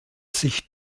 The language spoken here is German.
sich